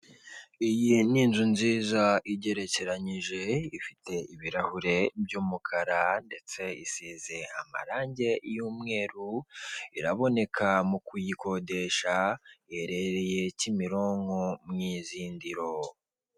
Iyi ni inzu nziza igerekeranije ifite ibirahure by'umukara ndetse isize amarange y'umweru iraboneka mu kuyikodesha iherereye kimironko mu izindiro.